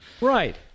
Right